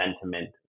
sentiment